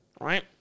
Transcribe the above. right